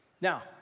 Now